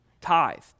tithed